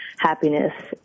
happiness